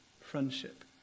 friendship